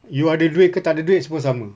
you ada duit ke tak ada duit semua sama